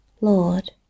Lord